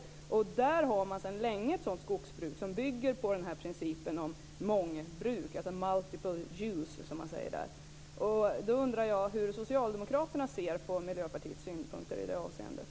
I Nordamerika bedriver man sedan länge ett skogsbruk som bygger på principen om mångbruk, alltså multiple use. Miljöpartiets synpunkter i det avseendet.